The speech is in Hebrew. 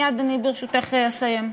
מייד אני, ברשותך, אסיים.